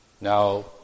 Now